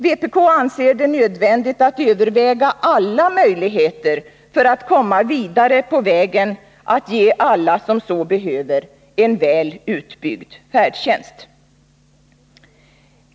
Vpk anser det nödvändigt att överväga alla möjligheter för att komma vidare på vägen att ge alla som så behöver en väl utbyggd färdtjänst.